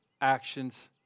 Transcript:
actions